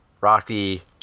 Rocky